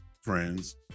friends